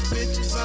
Bitches